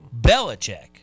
Belichick